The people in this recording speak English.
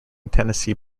tennessee